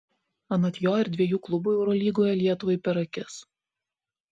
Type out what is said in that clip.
anot jo ir dviejų klubų eurolygoje lietuvai per akis